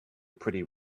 pretty